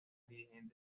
dirigente